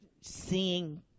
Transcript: seeing